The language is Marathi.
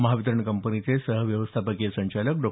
महावितरण कंपनीचे सहव्यवस्थापकीय संचालक डॉ